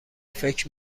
فکر